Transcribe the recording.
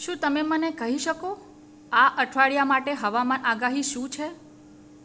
શું તમે મને કહી શકો આ અઠવાડિયા માટે હવામાન આગાહી શું છે